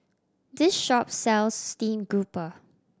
this shop sells steamed grouper